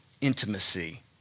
intimacy